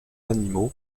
animaux